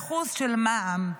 ב-1% של מע"מ,